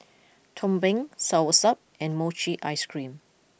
Tumpeng Soursop and Mochi Ice Cream